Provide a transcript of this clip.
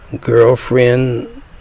girlfriend